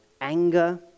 anger